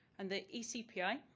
and the ecpi,